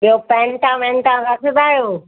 ॿियो पेंटा वेंटा रखंदा आहियो